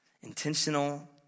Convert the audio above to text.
Intentional